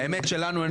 האמת שלנו אין מושג,